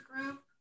group